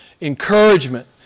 encouragement